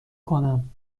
کنم